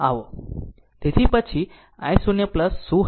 તેથી પછી i 0 શું હશે